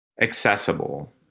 accessible